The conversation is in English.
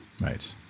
Right